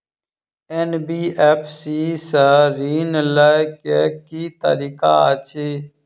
NBFC सँ ऋण लय केँ की तरीका अछि?